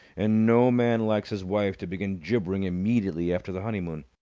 and no man likes his wife to begin gibbering immediately after the honeymoon.